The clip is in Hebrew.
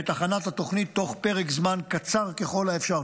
ואת הכנת התוכנית תוך פרק זמן קצר ככל האפשר.